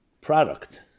product